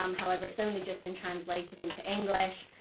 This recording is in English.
um however it's only just been translated into english.